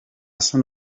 soni